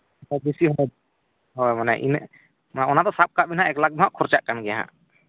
ᱵᱮᱥᱤ ᱦᱚᱸ ᱦᱳᱭ ᱢᱟᱱᱮ ᱤᱱᱟᱹᱜ ᱚᱱᱟᱫᱚ ᱥᱟᱵᱠᱟᱜ ᱢᱮᱦᱟᱸᱜ ᱮᱠ ᱞᱟᱠᱷᱫᱚ ᱦᱟᱸᱜ ᱠᱷᱚᱨᱪᱟᱜ ᱠᱟᱱ ᱜᱮᱭᱟᱦᱟᱸᱜ